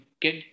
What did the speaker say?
get